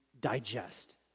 digest